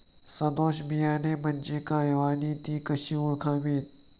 सदोष बियाणे म्हणजे काय आणि ती कशी ओळखावीत?